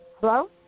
Hello